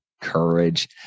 courage